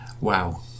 wow